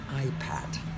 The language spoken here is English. iPad